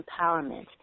empowerment